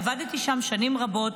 עבדתי שם שנים רבות,